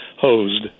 hosed